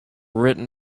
written